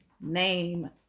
name